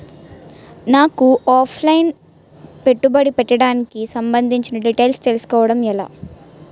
నాకు offline పెట్టుబడి పెట్టడానికి సంబందించిన డీటైల్స్ తెలుసుకోవడం ఎలా?